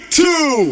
two